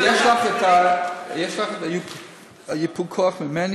יש לך ייפוי כוח ממני,